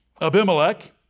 Abimelech